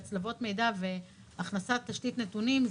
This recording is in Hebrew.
של הצלבות המידע והכנסת תשתית נתונים,